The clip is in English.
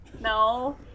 No